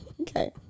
Okay